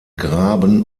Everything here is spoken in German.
graben